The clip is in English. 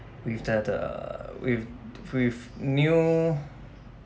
with the the with with new